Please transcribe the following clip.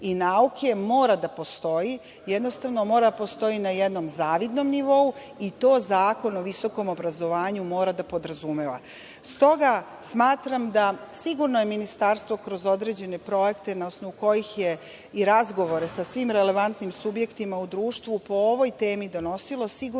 i nauke mora da postoji, jednostavno mora da postoji na jednom zavidnom nivo i to Zakon o visokom obrazovanju mora da podrazumeva.S toga smatram, da je sigurno Ministarstvo kroz određene projekte na osnovu kojih je i razgovore sa svim relevantnim subjektima u društvu po ovoj temi donosilo sigurno